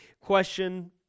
question